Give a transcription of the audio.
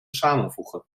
samenvoegen